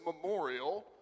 memorial